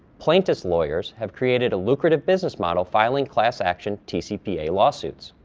plaintiffs' lawyers have created a lucrative business model filing class action tcpa lawsuits.